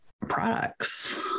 products